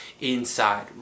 inside